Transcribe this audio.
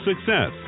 success